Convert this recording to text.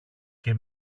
και